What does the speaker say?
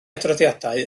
adroddiadau